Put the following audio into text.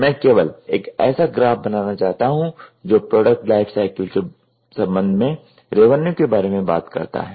मैं केवल एक ऐसा ग्राफ बनाना चाहता हूं जो प्रोड्कट लाइफ साइकिल के संबंध में रेवन्यू के बारे में बात करता है